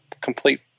complete